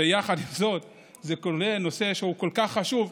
ויחד עם זאת זה כולל נושא שהוא כל כך חשוב,